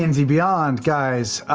and d beyond, guys.